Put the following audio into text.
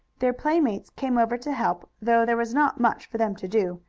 their playmates came over to help, though there was not much for them to do,